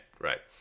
right